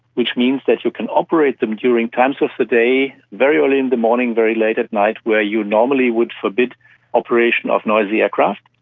which means that you can operate them during times of the day very early in the morning, very late at night where you normally would forbid operation of noisy aircraft.